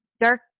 dark